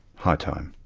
high time.